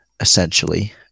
essentially